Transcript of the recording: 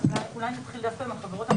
אולי נתחיל דווקא עם החברות הממשלתיות?